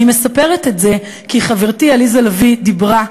אני מספרת את זה כי חברתי עליזה לביא דיברה,